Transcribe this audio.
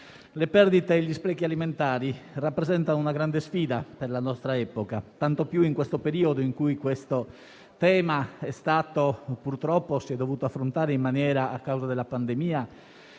Le perdite e gli sprechi alimentari rappresentano una grande sfida per la nostra epoca, tanto più in un periodo in cui questo tema, purtroppo, si è dovuto affrontare in maniera molto più